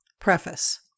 Preface